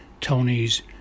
Tony's